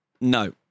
No